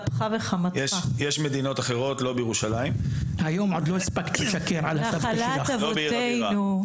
יש מדינות אחרות לא בירושלים, לא בעיר הבירה שלנו.